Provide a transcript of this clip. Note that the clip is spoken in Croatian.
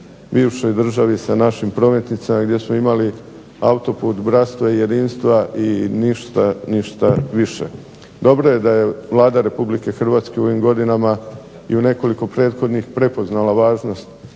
bivšoj državi sa našim prometnicama gdje smo imali autoput bratstva i jedinstva i ništa više. Dobro je da je Vlada Republike Hrvatske u ovim godinama i u nekolik prethodnih prepoznala važnost